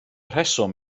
rheswm